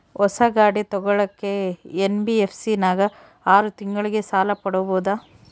ಹೊಸ ಗಾಡಿ ತೋಗೊಳಕ್ಕೆ ಎನ್.ಬಿ.ಎಫ್.ಸಿ ನಾಗ ಆರು ತಿಂಗಳಿಗೆ ಸಾಲ ಪಡೇಬೋದ?